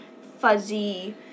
fuzzy